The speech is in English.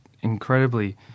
incredibly